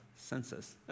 census